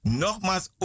nogmaals